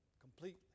completely